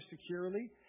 securely